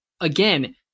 again